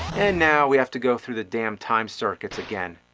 and now we have to go through the damn time circuits again.